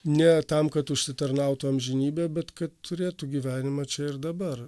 ne tam kad užsitarnautų amžinybę bet kad turėtų gyvenimą čia ir dabar